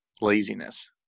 laziness